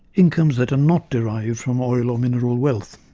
incomes that are not derived from oil or mineral wealth.